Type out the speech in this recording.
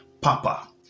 papa